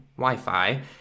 Wi-Fi